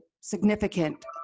significant